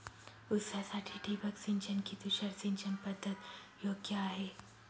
ऊसासाठी ठिबक सिंचन कि तुषार सिंचन पद्धत योग्य आहे?